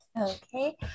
Okay